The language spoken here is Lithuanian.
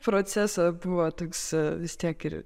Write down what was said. proceso buvo toks vis tiek ir